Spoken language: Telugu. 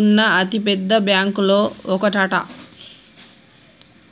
ఉన్న అతిపెద్ద బ్యాంకులో ఒకటట